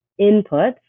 inputs